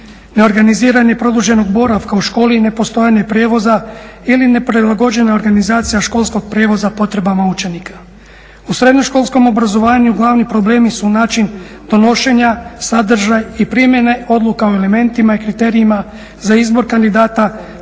neorganiziranje produženog boravka u školi i nepostojanje prijevoza ili neprilagođena organizacija školskog prijevoza potrebama učenika. U srednjoškolskom obrazovanju glavni problemi su način donošenja, sadržaj i primjene odluka o elementima i kriterijima za izbor kandidata